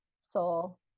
soul